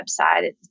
website